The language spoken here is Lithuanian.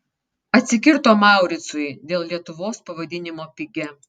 atsikirto mauricui dėl lietuvos pavadinimo pigia